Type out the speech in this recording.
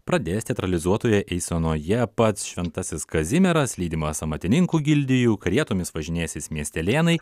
pradės teatralizuotoje eisenoje pats šventasis kazimieras lydimas amatininkų gildijų karietomis važinėsis miestelėnai